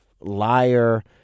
liar